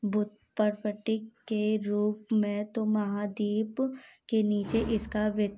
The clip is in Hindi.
भु पर पट्टी के रूप में तो महाद्वीप के नीचे इसका वित